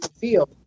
feel